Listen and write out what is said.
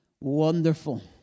wonderful